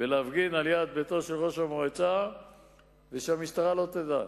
ולהפגין ליד ביתו של ראש המועצה, והמשטרה לא תדע.